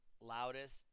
loudest